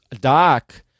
Doc